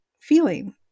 feeling